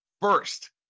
first